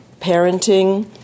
parenting